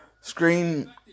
screen